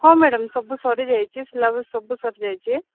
ହଁ ମ୍ୟାଡ଼ାମ୍ ସବୁ ସରିଯାଇଛି ସିଲାବସ୍ ସବୁ ସରିଯାଇଛି